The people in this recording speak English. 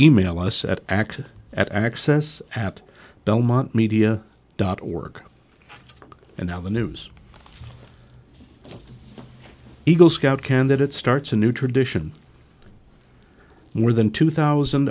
email us at x at access at belmont media dot org and now the news eagle scout can that it starts a new tradition more than two thousand